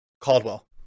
Caldwell